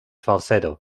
falsetto